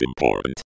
important